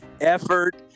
effort